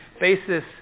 basis